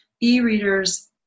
e-readers